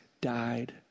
died